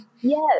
Yes